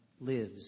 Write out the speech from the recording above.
lives